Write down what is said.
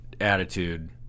attitude